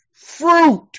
fruit